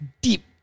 deep